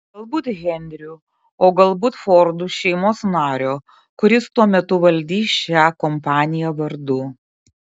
galbūt henriu o galbūt fordų šeimos nario kuris tuo metu valdys šią kompaniją vardu